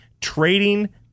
trading